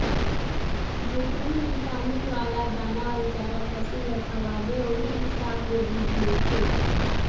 जेतनी बिटामिन वाला दाना अउ चारा पसु ल खवाथे ओहि हिसाब ले दूद मिलथे